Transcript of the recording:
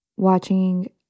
watching